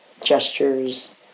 gestures